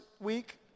week